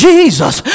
Jesus